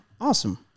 awesome